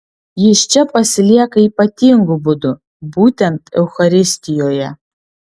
jis čia pasilieka ypatingu būdu būtent eucharistijoje